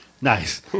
Nice